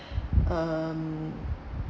um